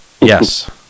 Yes